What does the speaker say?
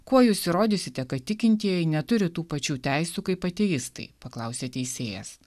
kuo jūs įrodysite kad tikintieji neturi tų pačių teisių kaip ateistai paklausė teisėjas